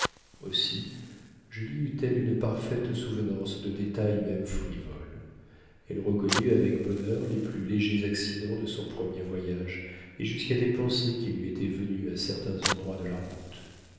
aussi julie eut-elle une parfaite souvenance de détails même frivoles elle reconnut avec bonheur les plus légers accidents de son premier voyage et jusqu'à des pensées qui lui étaient venues à certains endroits de la route